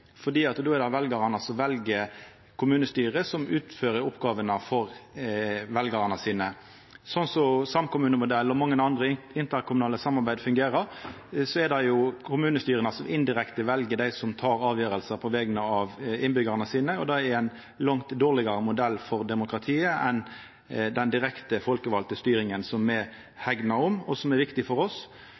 då er det veljarane som vel kommunestyret, som utfører oppgåvene for veljarane sine. Slik som samkommunemodellen og mange andre interkommunale samarbeid fungerer, er det kommunestyra som indirekte vel dei som tek avgjerder på vegner av innbyggjarane. Det er ein langt dårlegare modell for demokratiet enn den direkte folkevalde styringa, som me hegnar om, og som er viktig for oss.